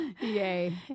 Yay